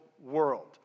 world